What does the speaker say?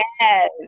Yes